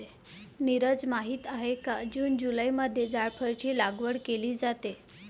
नीरज माहित आहे का जून जुलैमध्ये जायफळाची लागवड केली जाते